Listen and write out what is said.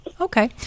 Okay